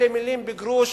אלה מלים בגרוש.